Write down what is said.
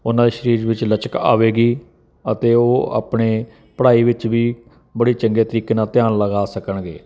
ਉਹਨਾਂ ਦੇ ਸਰੀਰ ਵਿੱਚ ਲਚਕ ਆਵੇਗੀ ਅਤੇ ਉਹ ਆਪਣੇ ਪੜ੍ਹਾਈ ਵਿੱਚ ਵੀ ਬੜੀ ਚੰਗੇ ਤਰੀਕੇ ਨਾਲ ਧਿਆਨ ਲਗਾ ਸਕਣਗੇ